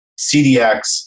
CDX